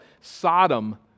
Sodom